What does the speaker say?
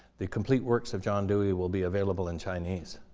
the complete works of john dewey will be available in chinese,